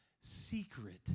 secret